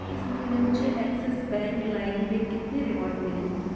इस महीने मुझे एक्सिस बैंक लाइम में कितने रिवॉर्ड मिले